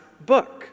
book